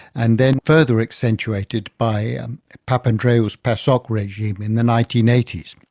and then further accentuated by um papandreou's pasok regime in the nineteen eighty s.